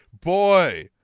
boy